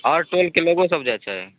आओर टोलके लोगोसभ जाइत छै